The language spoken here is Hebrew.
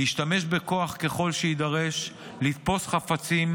להשתמש בכוח ככל שיידרש, לתפוס חפצים,